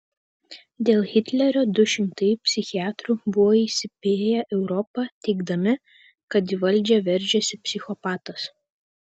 dėl hitlerio du šimtai psichiatrų buvo įspėję europą teigdami kad į valdžią veržiasi psichopatas